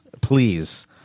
Please